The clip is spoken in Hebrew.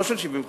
לא של 75%,